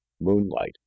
Moonlight